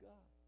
God